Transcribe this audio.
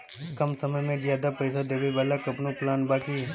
कम समय में ज्यादा पइसा देवे वाला कवनो प्लान बा की?